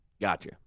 Gotcha